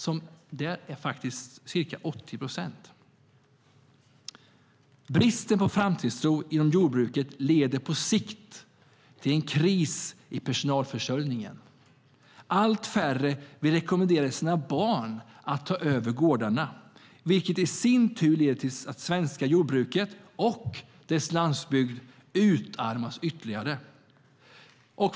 Där är den faktiskt ca 80 procent. Bristen på framtidstro inom jordbruket leder på sikt till en kris i personalförsörjningen. Allt färre vill rekommendera sina barn att ta över gårdarna, vilket i sin tur leder till att det svenska jordbruket och landsbygden utarmas ytterligare.